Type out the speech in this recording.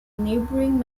neighbouring